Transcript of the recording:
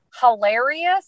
Hilarious